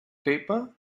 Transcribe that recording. paper